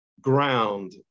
ground